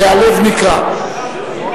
והלב נקרע.